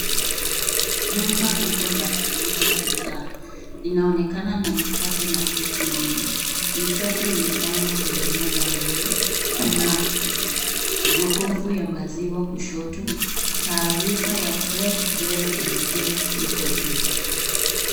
Duka kubwa la kuuza bidhaa linaonekana na mikate na keki mingi. Mikate imepangwa kwenye meza mbele. Kuna jokofu ya maziwa kushoto. Taarifa ya fresh bread and cakes ipo juu.